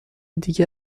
دیگه